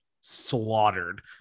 slaughtered